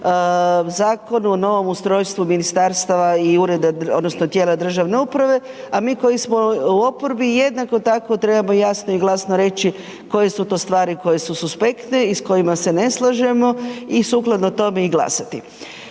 zakon o novom ustrojstvu ministarstava i ureda odnosno tijela državne uprave, a mi koji smo u oporbi jednako tako treba jasno i glasno reći koje su to stvari koje su suspektne i s kojima se ne slažemo i sukladno tome i glasati.